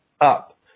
up